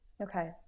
okay